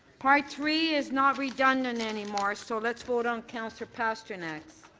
part three is not redundant any more. so let's vote on councillor pasternak's.